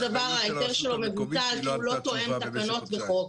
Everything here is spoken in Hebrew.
דבר ההיתר שלו מבוטל כי הוא לא תואם תקנות וחוק.